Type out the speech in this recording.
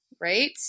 Right